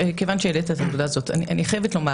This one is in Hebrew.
כיוון שהעלית את הנקודה הזאת אני חייבת לומר